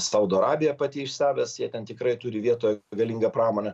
saudo arabija pati iš savęs jie ten tikrai turi vietoj galingą pramonę